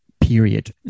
period